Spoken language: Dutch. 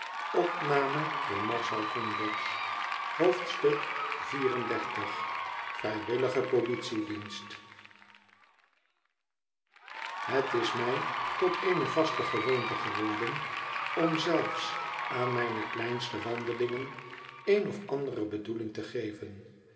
xxxiv vit ij willige politiedienst het is mij tot eeno vaste gewoonte geworden om zelfs aan mijne kleinste wandelingen een of andere bedoeling te geven